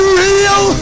real